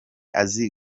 azi